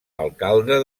alcalde